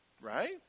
right